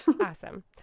Awesome